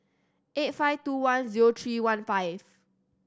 eight five two one zero three one five